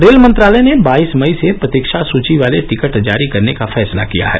rail मंत्रालय ने बाईस मई से प्रतीक्षा सुची वाले टिकट जारी करने का फैसला किया है